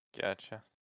Gotcha